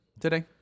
today